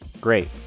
Great